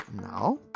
now